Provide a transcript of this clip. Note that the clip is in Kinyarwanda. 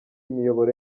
imiyoboro